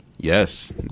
Yes